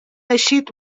eixit